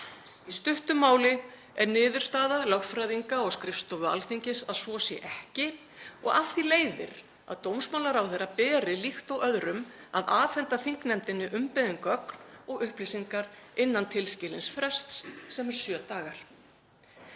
Í stuttu máli er niðurstaða lögfræðinga og skrifstofu Alþingis að svo sé ekki og af því leiðir að dómsmálaráðherra beri líkt og öðrum að afhenda þingnefndinni umbeðin gögn og upplýsingar innan tilskilins frests, sem er sjö dagar.